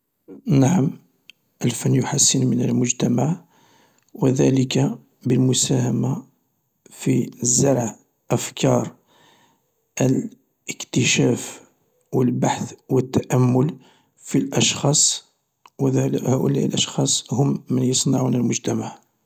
نعم الفن يحسن من المجتمع و ذلك بالمساهمة في زرع أفكار الاكتشاف و البحث والتأمل في الأشخاص و الأشخاص هم من يصنعون المجتمع.